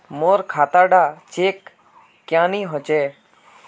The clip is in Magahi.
मोर खाता डा चेक क्यानी होचए?